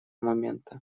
момента